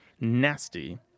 Nasty